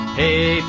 hey